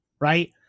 Right